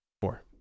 Four